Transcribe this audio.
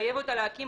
לחייב אותה להקים